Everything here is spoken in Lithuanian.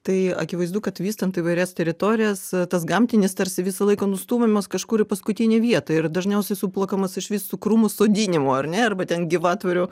tai akivaizdu kad vystant įvairias teritorijas tas gamtinis tarsi visą laiką nustumiamas kažkur į paskutinę vietą ir dažniausiai suplakamas iš visų krūmų sodinimų ar ne arba ten gyvatvorių